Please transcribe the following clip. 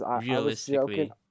Realistically